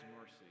mercy